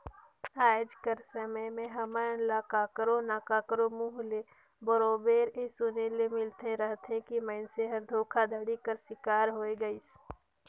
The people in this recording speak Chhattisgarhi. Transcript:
आएज कर समे में हमन ल काकरो ना काकरो मुंह ले बरोबेर ए सुने ले मिलते रहथे कि मइनसे हर धोखाघड़ी कर सिकार होए गइस